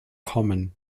common